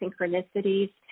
synchronicities